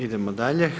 Idemo dalje.